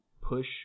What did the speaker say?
push